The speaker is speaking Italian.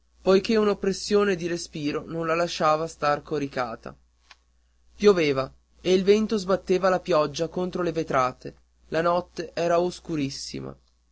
poiché un'oppressione di respiro non la lasciava star coricata pioveva e il vento sbatteva la pioggia contro le vetrate la notte era oscurissima